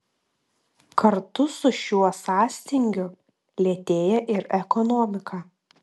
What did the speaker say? kartu su šiuo sąstingiu lėtėja ir ekonomika